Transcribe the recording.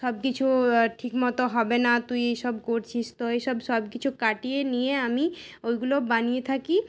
সবকিছু ঠিকমতো হবে না তুই এসব করছিস তো এইসব সবকিছু কাটিয়ে নিয়ে আমি ওইগুলো বানিয়ে থাকি